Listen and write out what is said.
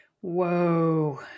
Whoa